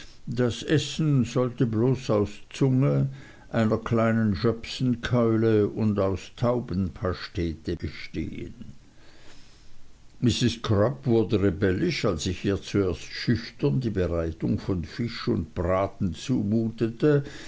das essen sollte bloß aus zunge einer kleinen schöpsenkeule und aus taubenpastete bestehen mrs crupp wurde rebellisch als ich ihr zuerst schüchtern die bereitung von fisch und braten zumutete